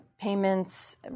payments